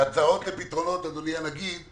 ההצעות לפתרונות, אדוני הנגיד,